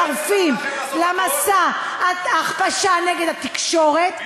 אתם מצרפים למסע ההכפשה נגד התקשורת,